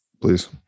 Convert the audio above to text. Please